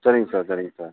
சரிங்க சார் சரிங்க சார்